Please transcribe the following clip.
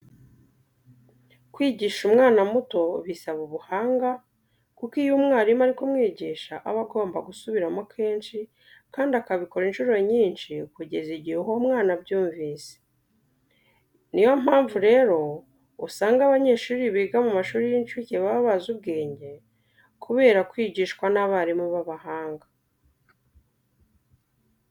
Kwigisha umwana muto bisaba ubuhanga kuko iyo umwarimu ari kumwigisha aba agomba gusubiramo kenshi kandi akabikora incuro nyinshi kugeza igihe uwo mwana abyumvise. Ni yo mpamvu rero usanga abanyeshuri biga mu mashuri y'incuke baba bazi ubwenge kubera kwigishwa n'abarimu b'abahanga.